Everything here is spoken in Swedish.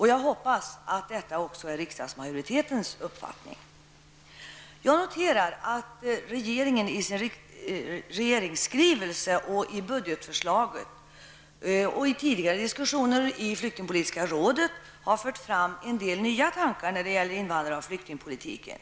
Jag hoppas att också detta är riksdagsmajoritetens uppfattning. Jag noterar att regeringen i sin regeringsskrivelse, i budgetförslaget och i tidigare diskussioner i flyktingpolitiska rådet har fört fram en del nya tankar när det gäller invandrar och flyktingpolitiken.